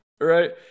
right